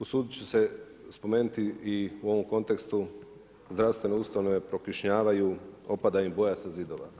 Usuditi ću se i spomenuti i u ovom kontekstu, zdravstvene ustanove prokišnjavaju, opada im boja sa zidova.